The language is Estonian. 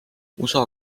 usa